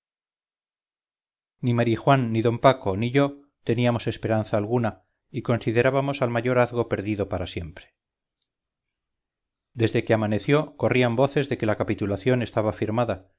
ni marijuán ni d paco ni yo teníamos esperanza alguna y considerábamos al mayorazgo perdido para siempre desde que amaneció corrían voces de que la capitulación estaba firmada